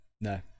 no